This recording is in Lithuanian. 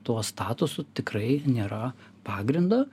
tuo statusu tikrai nėra pagrindo